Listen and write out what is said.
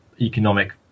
economic